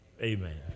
Amen